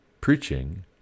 preaching